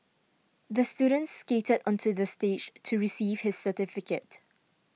the student skated onto the stage to receive his certificate